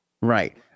Right